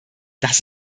das